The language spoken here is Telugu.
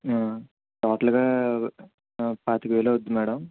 టోటల్గా పాతిక వేలు అవుతుంది మేడం